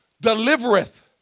delivereth